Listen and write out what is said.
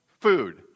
food